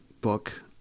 book